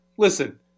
Listen